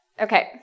Okay